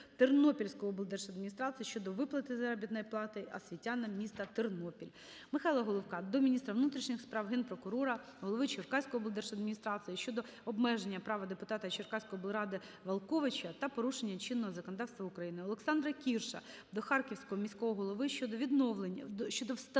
Тернопільської облдержадміністрації щодо виплати заробітної плати освітянам міста Тернопіль. Михайла Головка до міністра внутрішніх справ, Генпрокурора, голови черкаської облдержадміністрації щодо обмеження прав депутата Черкаської облради Волковича та порушення чинного законодавства України. Олександра Кірша до Харківського міського голови щодо встановлення нових гральних